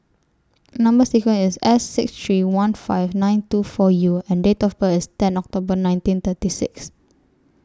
Number sequence IS S six three one five nine two four U and Date of birth ten October nineteen thirty six